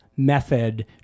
method